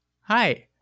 Hi